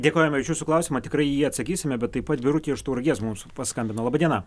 dėkojame už jūsų klausimą tikrai į jį atsakysime bet taip pat birutė iš tauragės mums paskambino laba diena